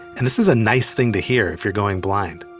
and this is a nice thing to hear if you're going blind.